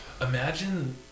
Imagine